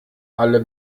alle